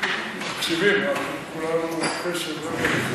אנחנו מקשיבים, כולנו, בקשב רב.